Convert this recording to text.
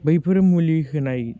बैफोर मुलि होनाय